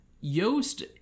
Yost